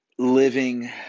living